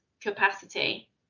capacity